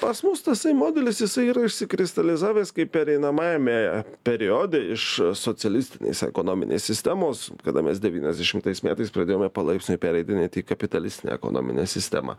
pas mus tasai modelis jisai yra išsikristalizavęs kaip pereinamajame periode iš socialistinės ekonominės sistemos kada mes devyniasdešimtais metais pradėjome palaipsniui pereiti net į kapitalistinę ekonominę sistemą